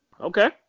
Okay